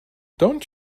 don’t